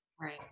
right